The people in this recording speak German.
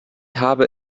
habe